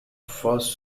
first